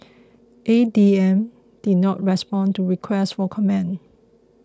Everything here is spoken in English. A D M did not respond to requests for comment